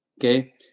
Okay